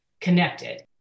connected